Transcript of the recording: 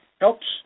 helps